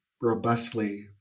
robustly